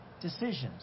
decisions